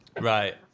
Right